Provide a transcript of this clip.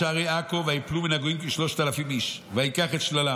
ויחולקו לשמעון שלושת אלפים איש ללכת לגליל